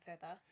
further